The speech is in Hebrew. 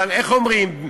אבל איך אומרים?